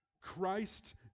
Christ